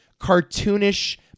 cartoonish